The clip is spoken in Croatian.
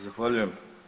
Zahvaljujem.